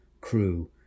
crew